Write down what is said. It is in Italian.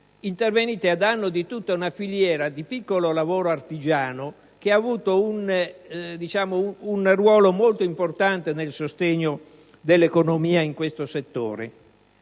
edifici, a danno di tutta una filiera di piccolo lavoro artigiano che ha avuto un ruolo molto importante nel sostegno dell'economia in questo settore.